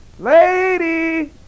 Lady